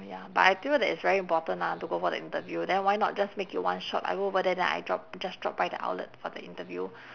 ya but I feel that it's very important lah to go for the interview then why not just make it one shot I go over there then I drop just drop by the outlet for the interview